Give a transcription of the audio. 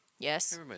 Yes